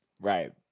Right